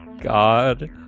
God